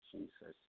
Jesus